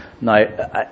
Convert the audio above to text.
No